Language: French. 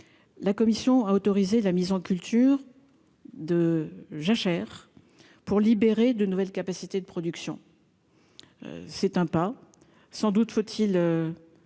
la Commission a autorisé la mise en culture de jachères pour libérer de nouvelles capacités de production, c'est un pas, sans doute faut-il